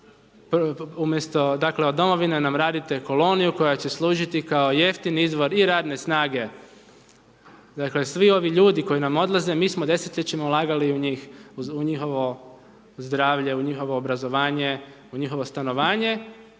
dakle od Domovine nam radite koloniju koja će služiti kao jeftini izvor i radne snage, dakle svi ovi ljudi koji nam odlaze mi smo desetljećima ulagali u njih, u njihovo zdravlje, u njihovo obrazovanje, u njihovo stanovanje